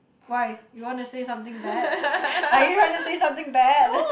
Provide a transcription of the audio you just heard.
why you wanna say something bad are you trying to say something bad